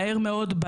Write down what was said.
מהר מאוד,